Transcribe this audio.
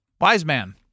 Wiseman